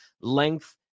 length